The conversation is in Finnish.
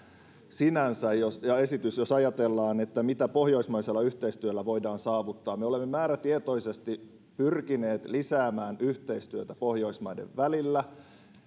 ja esitys jos ajatellaan mitä mitä pohjoismaisella yhteistyöllä voidaan saavuttaa me olemme määrätietoisesti pyrkineet lisäämään yhteistyötä pohjoismaiden välillä